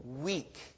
weak